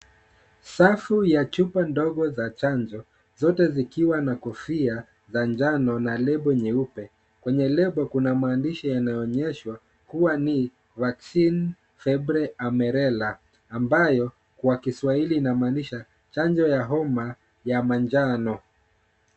Safu ya chupa ndogo za chanjo zote zikiwa na kofia za njano na lebo nyeupe. Kwenye lebo kuna maandishi yanaonyeshwa kuwa ni Vacina febre Amarela . Ambayo kwa kiswahili inamaanisha chanjo ya homa ya manjano.